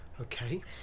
Okay